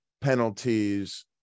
penalties